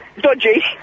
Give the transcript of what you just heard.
dodgy